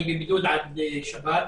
כן, אני בבידוד עד שבת.